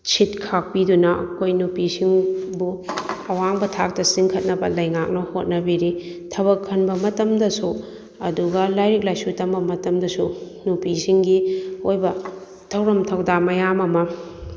ꯁꯤꯠ ꯈꯥꯛꯄꯤꯗꯨꯅ ꯑꯩꯈꯣꯏ ꯅꯨꯄꯤꯁꯤꯡꯕꯨ ꯑꯋꯥꯡꯕ ꯊꯥꯛꯇ ꯆꯤꯡꯈꯠꯅꯕ ꯂꯩꯉꯥꯛꯅ ꯍꯣꯠꯅꯕꯤꯔꯤ ꯊꯕꯛ ꯈꯟꯕ ꯃꯇꯝꯗꯁꯨ ꯑꯗꯨꯒ ꯂꯥꯏꯔꯤꯛ ꯂꯥꯏꯁꯨ ꯇꯝꯕ ꯇꯝꯗꯁꯨ ꯅꯨꯄꯤꯁꯤꯡꯒꯤ ꯑꯣꯏꯕ ꯊꯧꯔꯝ ꯊꯧꯗꯥ ꯃꯌꯥꯝ ꯑꯃ